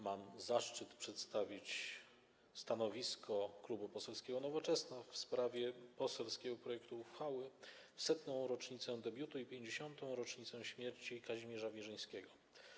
Mam zaszczyt przedstawić stanowisko Klubu Poselskiego Nowoczesna w sprawie poselskiego projektu uchwały w 100. rocznicę debiutu i 50. rocznicę śmierci Kazimierza Wierzyńskiego.